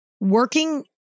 working